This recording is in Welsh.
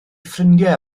ffrindiau